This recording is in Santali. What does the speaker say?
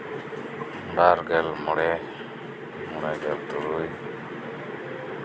ᱵᱟᱨᱜᱮᱞ ᱢᱚᱲᱮ ᱢᱚᱲᱮ ᱜᱮᱞ ᱛᱩᱨᱩᱭ